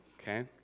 okay